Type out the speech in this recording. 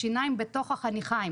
השיניים בתוך החניכיים.